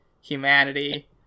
humanity